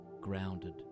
grounded